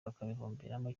bakabihomberamo